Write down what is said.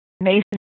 Mason